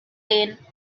lane